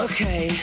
Okay